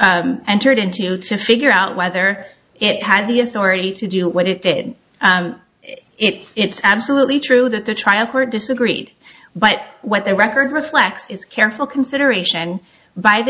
entered into to figure out whether it had the authority to do what it did it it's absolutely true that the trial court disagreed but what the record reflects is careful consideration by the